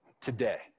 today